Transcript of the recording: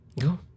Go